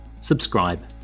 subscribe